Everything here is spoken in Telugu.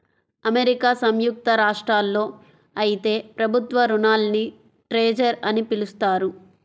అమెరికా సంయుక్త రాష్ట్రాల్లో అయితే ప్రభుత్వ రుణాల్ని ట్రెజర్ అని పిలుస్తారు